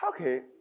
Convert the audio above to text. Okay